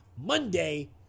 Monday